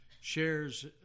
shares